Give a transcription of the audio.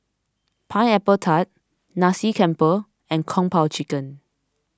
Pineapple Tart Nasi Campur and Kung Po Chicken